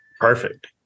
Perfect